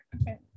okay